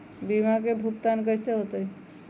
बीमा के भुगतान कैसे होतइ?